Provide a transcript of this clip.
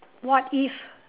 what if